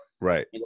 right